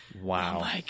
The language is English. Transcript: Wow